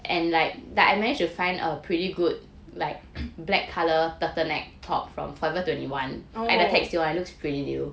oh